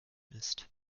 ist